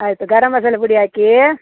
ಆಯಿತು ಗರಂ ಮಸಾಲೆ ಪುಡಿ ಹಾಕಿ